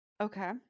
Okay